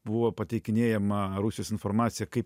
buvo pateikinėjama rusijos informacija kaip